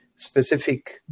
specific